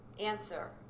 Answer